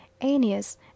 Aeneas